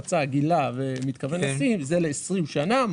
מצא וגילה ומתכוון לשים זה לעשרים שנה.